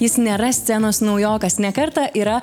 jis nėra scenos naujokas ne kartą yra